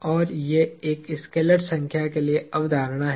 और ये एक स्केलर संख्या के लिए अवधारणाएँ हैं